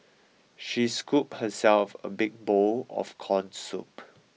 she scooped herself a big bowl of corn soup